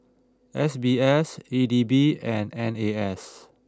S B S E D B and N A S